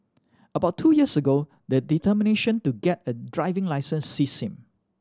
about two years ago the determination to get a driving licence seized him